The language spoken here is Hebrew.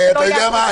אתה קובע?